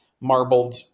marbled